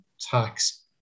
tax